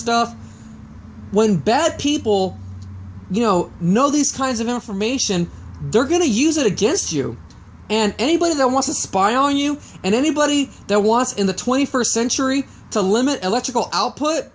stuff when bad people you know know these kinds of information they're going to use it against you and anybody that wants to spy on you and anybody that wants in the twenty first century to limit electrical output